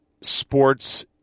sports